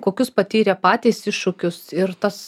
kokius patyrė patys iššūkius ir tas